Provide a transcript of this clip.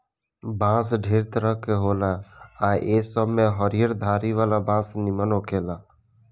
बांस ढेरे तरह के होला आ ए सब में हरियर धारी वाला बांस निमन होखेला